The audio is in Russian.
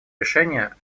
решения